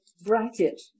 bracket